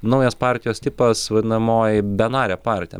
naujas partijos tipas vadinamoji benarė partija